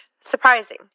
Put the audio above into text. surprising